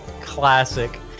classic